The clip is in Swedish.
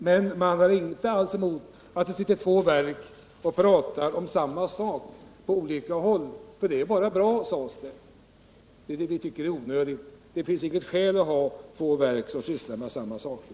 Men man har inte alls något emot att tjänstemän inom två verk sitter och pratar om samma sak på olika håll. Det är bara bra, sades det. Det är det vi tycker är onödigt. Det finns inget skäl att ha två verk som sysslar med samma saker.